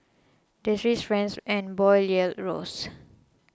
the Swiss Franc and bond yields rose